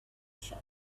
shop